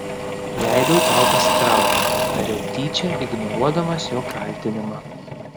leidau tau pasitraukti tariau tyčia ignoruodamas jo kaltinimą